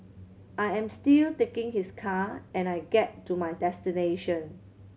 I am still taking his car and I get to my destination